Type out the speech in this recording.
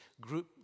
group